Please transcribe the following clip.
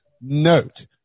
note